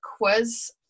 quiz